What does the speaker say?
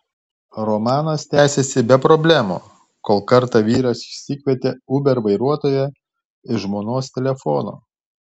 romanas tęsėsi be problemų kol kartą vyras išsikvietė uber vairuotoją iš žmonos telefono